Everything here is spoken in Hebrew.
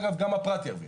אגב גם הפרט ירוויח.